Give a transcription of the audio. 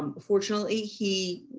um fortunately he